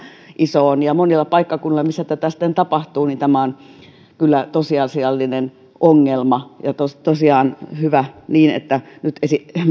iso on monilla paikkakunnilla missä tätä tapahtuu tämä on kyllä tosiasiallinen ongelma on tosiaan hyvä niin että nyt